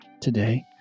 today